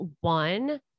One